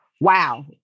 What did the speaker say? wow